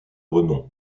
renom